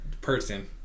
person